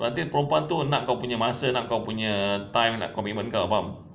nanti perempuan tu nak kau punya masa nak kau punya time commitment kau faham